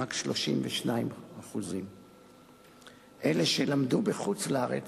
רק 32%. אלה שלמדו בחוץ-לארץ,